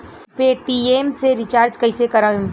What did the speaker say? Paytm से recharge कईसे करम?